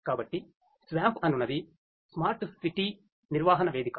కాబట్టి SWAMP అనునధి smart నీటి నిర్వహణ వేదిక